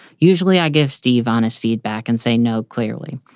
usually i give steve honest feedback and say no. clearly,